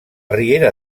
riera